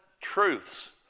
truths